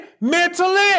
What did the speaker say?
mentally